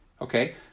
okay